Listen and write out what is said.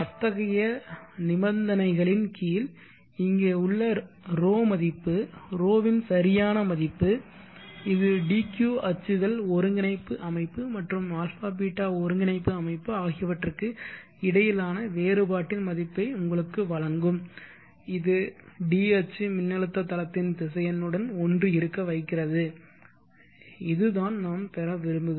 அத்தகைய நிபந்தனையின் கீழ் இங்கே உள்ள ρ மதிப்பு ρ இன் சரியான மதிப்பு இது dq அச்சுகள் ஒருங்கிணைப்பு அமைப்பு மற்றும் αβ ஒருங்கிணைப்பு அமைப்பு ஆகியவற்றுக்கு இடையிலான வேறுபாட்டின் மதிப்பை உங்களுக்கு வழங்கும் இது d அச்சு மின்னழுத்த தளத்தின் திசையனுடன் ஒன்றி இருக்க வைக்கிறது இதுதான் நாம் பெற விரும்புகிறோம்